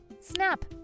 snap